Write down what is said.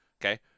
Okay